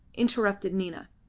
interrupted nina.